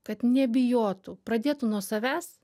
kad nebijotų pradėtų nuo savęs